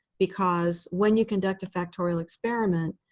because when you conduct a factorial experiment,